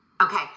Okay